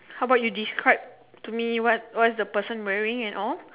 how about you describe to me what what is the person wearing and all